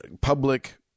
public